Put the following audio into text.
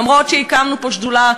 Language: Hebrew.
אומנם הקמנו כאן שדולה,